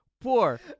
poor